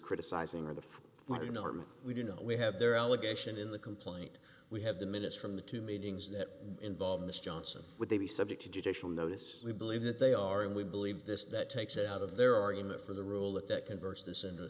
criticizing of the modern arm we do know we have their allegation in the complaint we have the minutes from the two meetings that involve this johnson would they be subject to judicial notice we believe that they are and we believe this that takes it out of their argument for the rule that that converts this into